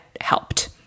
helped